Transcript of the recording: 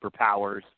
superpowers